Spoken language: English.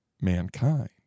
mankind